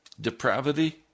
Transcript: depravity